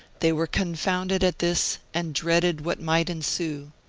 they were confounded at this, and dreaded what might ensue,